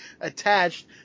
attached